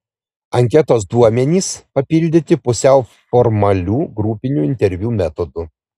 anketos duomenys papildyti pusiau formalių grupinių interviu metodu